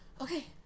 okay